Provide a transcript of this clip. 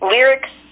Lyrics